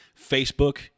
Facebook